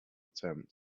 attempt